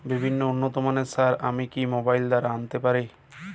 বিভিন্ন উন্নতমানের সার আমি কি মোবাইল দ্বারা আনাতে পারি?